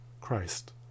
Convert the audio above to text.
Christ